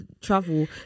travel